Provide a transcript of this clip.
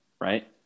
Right